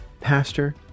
pastor